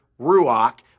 ruach